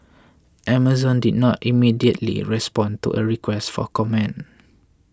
Amazon did not immediately respond to a request for comment